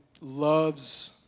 loves